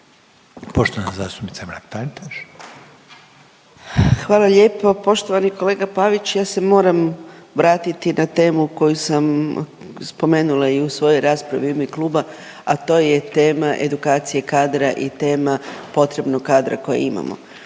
**Mrak-Taritaš, Anka (GLAS)** Hvala lijepo. Poštovani kolega Pavić, ja se moram vratiti na temu koju sam spomenula i u svojoj raspravi u ime kluba, a to je tema edukacije kadra i tema potrebnog kadra kojeg imamo,